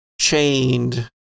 chained